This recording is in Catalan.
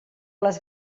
les